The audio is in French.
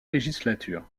législature